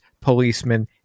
policemen